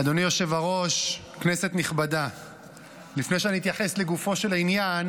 חברי הכנסת, נעבור לנושא הבא על סדר-היום,